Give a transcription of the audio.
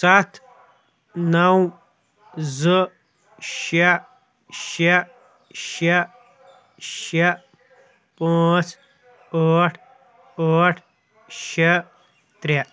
سَتھ نَو زٕ شےٚ شےٚ شےٚ شےٚ پانٛژھ ٲٹھ ٲٹھ شےٚ ترٛےٚ